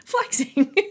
flexing